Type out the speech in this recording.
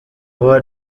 uwo